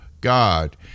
God